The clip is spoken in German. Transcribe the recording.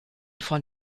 von